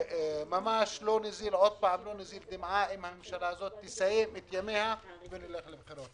עוד פעם ממש לא נזיל דמעה אם הממשלה הזאת תסיים את ימיה ונלך לבחירות.